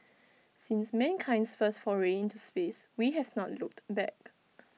since mankind's first foray into space we have not looked back